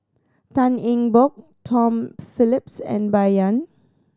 Tan Eng Bock Tom Phillips and Bai Yan